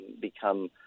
become